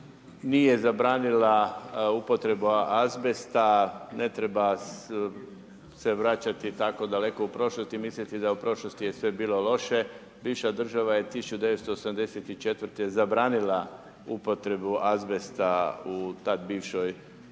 nije zabranila upotrebu azbesta ne treba se vraćati tako daleko u prošlost i misliti da u prošlosti je sve bilo loše. Bivša država je 1974. zabranila upotrebu azbesta u tada bivšoj državi,